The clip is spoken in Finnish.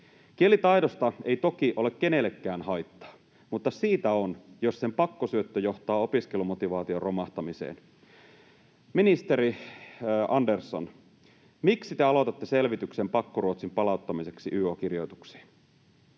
Kielitaidosta ei toki ole kenellekään haittaa, mutta siitä on, jos sen pakkosyöttö johtaa opiskelumotivaation romahtamiseen. Ministeri Andersson, miksi te aloitatte selvityksen pakkoruotsin palauttamiseksi yo-kirjoituksiin?